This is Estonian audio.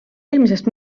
eelmisest